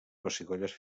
pessigolles